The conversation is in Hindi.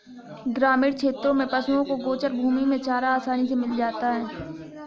ग्रामीण क्षेत्रों में पशुओं को गोचर भूमि में चारा आसानी से मिल जाता है